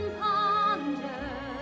ponder